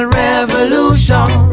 revolution